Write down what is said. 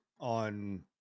on